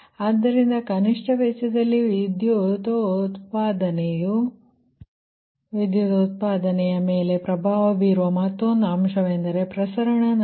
ಆದ್ದರಿಂದ ಕನಿಷ್ಠ ವೆಚ್ಚದಲ್ಲಿ ವಿದ್ಯುತ್ ಉತ್ಪಾದನೆಯ ಮೇಲೆ ಪ್ರಭಾವ ಬೀರುವ ಮತ್ತೊಂದು ಅಂಶವೆಂದರೆ ಪ್ರಸರಣ ನಷ್ಟ